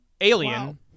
Alien